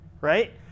Right